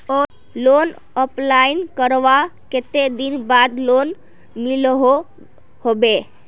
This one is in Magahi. लोन अप्लाई करवार कते दिन बाद लोन मिलोहो होबे?